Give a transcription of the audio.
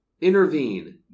intervene